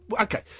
Okay